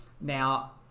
Now